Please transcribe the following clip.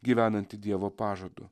gyvenanti dievo pažadu